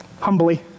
humbly